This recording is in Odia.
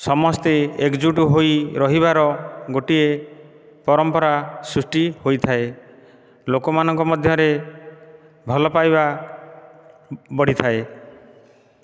ସମସ୍ତେ ଏକଜୁଟ୍ ହୋଇ ରହିବାର ଗୋଟିଏ ପରମ୍ପରା ସୃଷ୍ଟି ହୋଇଥାଏ ଲୋକମାନଙ୍କ ମଧ୍ୟରେ ଭଲପାଇବା ବଢ଼ିଥାଏ